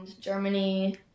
Germany